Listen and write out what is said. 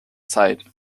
zeit